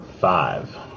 five